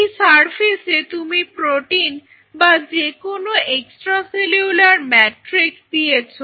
এই সারফেসে তুমি প্রোটিন বা যেকোনো এক্সট্রা সেলুলার ম্যাট্রিক্স দিয়েছো